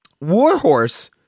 Warhorse